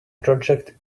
project